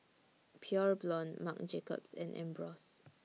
Pure Blonde Marc Jacobs and Ambros